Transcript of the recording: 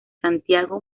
santiago